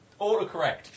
autocorrect